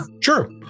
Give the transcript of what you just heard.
Sure